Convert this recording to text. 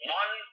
one